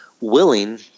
willing